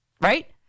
right